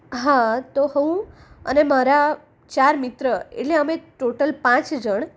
હાં તો હું અને મારા ચાર મિત્ર એટલે અમેે ટોટલ પાંચ જણ